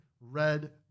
red